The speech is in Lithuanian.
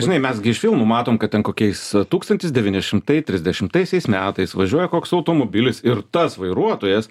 žinai mes gi iš filmų numatom kad ten kokiais tūkstantis devyni šimtai trisdešimtaisiais metais važiuoja koks automobilis ir tas vairuotojas